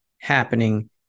happening